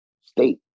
state